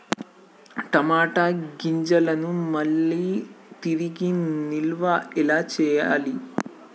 టమాట గింజలను మళ్ళీ తిరిగి నిల్వ ఎలా చేయాలి?